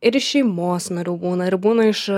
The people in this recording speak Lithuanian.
ir šeimos narių būna ir būna iš